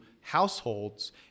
households